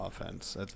offense